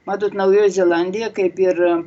matot naujoji zelandija kaip ir